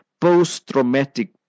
Post-traumatic